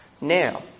now